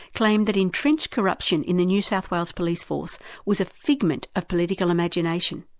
claimed that entrenched corruption in the new south wales police force was a figment of political imagination.